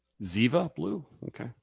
ziva blue? okay.